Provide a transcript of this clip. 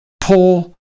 pull